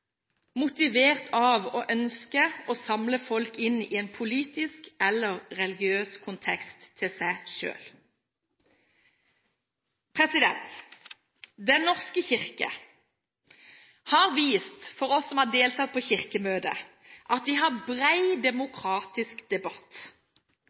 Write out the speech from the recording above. motivert ut fra et ønske om å samle folk inn i en politisk eller religiøs kontekst til seg selv. Den norske kirke har vist oss som har deltatt på Kirkemøtet, at de har